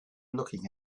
looking